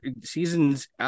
seasons